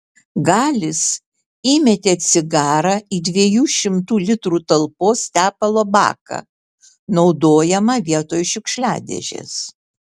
galis įmetė cigarą į dviejų šimtų litrų talpos tepalo baką naudojamą vietoj šiukšliadėžės